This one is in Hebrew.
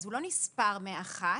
הוא לא נספר מאחת,